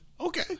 Okay